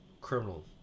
criminal